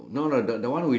on top